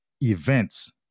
events